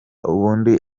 ubundi